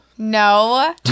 No